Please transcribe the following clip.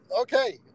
Okay